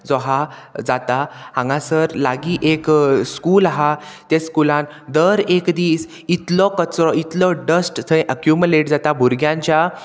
जो हा जाता हांगासर लागीं एक स्कूल आहा ते स्कुलान दर एक दीस इतलो कचरो इतलो डस्ट थंय एक्युमुलेट जाता भुरग्यांच्या